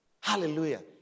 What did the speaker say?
Hallelujah